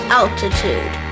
altitude